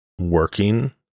working